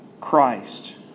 Christ